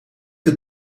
het